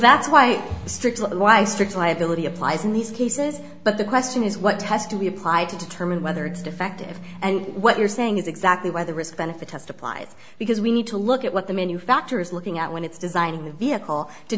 that's why strict why strict liability applies in these cases but the question is what has to be applied to determine whether it's defective and what you're saying is exactly whether respond if a test applies because we need to look at what the manufacturer is looking at when it's designing the vehicle to